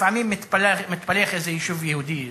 לפעמים מתפלח איזה יישוב יהודי,